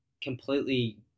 completely